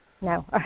No